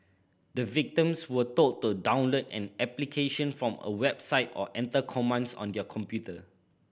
the victims were told to download an application from a website or enter commands on their computer